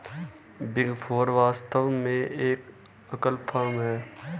big four वास्तव में एक एकल फर्म है